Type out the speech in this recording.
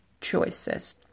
choices